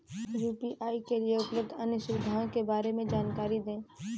UPI के लिए उपलब्ध अन्य सुविधाओं के बारे में जानकारी दें?